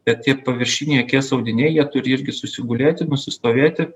bet tie paviršiniai akies audiniai jie turi irgi susigulėti nusistovėti